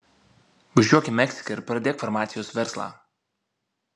važiuok į meksiką ir pradėk farmacijos verslą